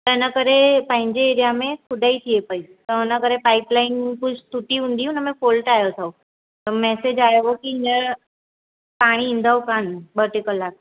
त हिन करे पंहिंजे एरिया में खुदाई थिए पेई त हुन करे पाइप लाइन कुझु टुटी हूंदी हुन में फ़ॉल्ट आयो अथव त मेसेज आयो हुओ की हींअर पाणी ईंदव कान ॿ टे कलाक